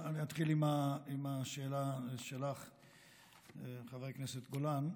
אני אתחיל עם השאלה שלך, חברת הכנסת גולן.